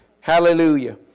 Hallelujah